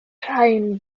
rhain